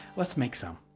let's make some.